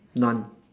none